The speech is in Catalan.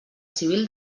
civil